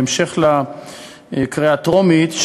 בהמשך לקריאה הטרומית,